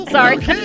Sorry